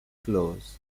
close